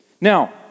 Now